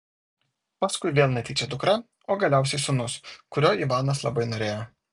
paskui vėl netyčia dukra o galiausiai sūnus kurio ivanas labai norėjo